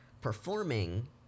performing